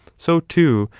so, too,